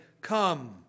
come